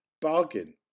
Bargain